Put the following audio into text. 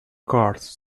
cars